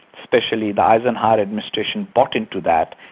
especially the eisenhower administration bought into that.